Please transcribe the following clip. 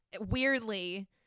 weirdly